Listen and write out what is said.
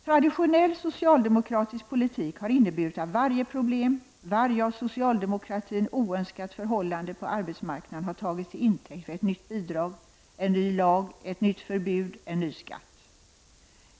Traditionell socialdemokratisk politik har inneburit att varje problem, varje av socialdemokratin oönskat förhållande på arbetsmarknaden, har tagits till intäkt för ett nytt bidrag, en ny lag, ett nytt förbud eller en ny skatt.